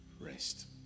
rest